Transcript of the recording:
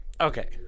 okay